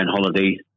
holiday